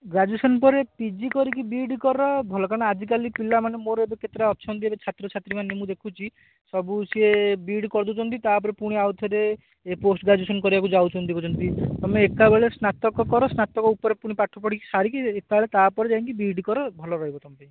graduation ପରେ P G କରିକି B E D କର ଭଲ କାରଣ ଆଜିକାଲି ପିଲାମାନେ ମୋର ଏବେ କେତେଟା ଅଛନ୍ତି ଛାତ୍ରଛାତ୍ରୀମାନେ ମୁଁ ଦେଖୁଛି ସବୁ ସିଏ ବି ଇ ଡ଼ି କରିଦେଉଛନ୍ତି ତା'ପରେ ପୁଣି ଆଉଥରେ ଏ ପୋଷ୍ଟ ଗ୍ରାଜୁଏସନ୍ କରିବକୁ ଯାଉଛନ୍ତି ତୁମେ ଏକାବେଳେ ସ୍ନାତକ କର ସ୍ନାତକ ଉପରେ ପୁଣି ପାଠ ପଢ଼ିକି ସାରିକି ଏକାବେଳେ ତା'ପରେ ଯାଇକି ବି ଇ ଡ଼ି କର ଭଲ ରହିବ ତୁମ ପାଇଁ